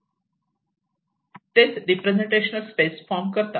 तेच representational space form करतात